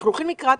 אנחנו הולכים לקראת